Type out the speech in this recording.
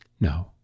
No